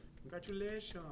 Congratulations